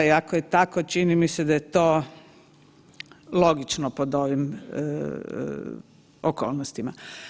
Ako je tako čini mi se da je to logično pod ovim okolnostima.